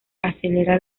acelera